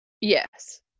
yes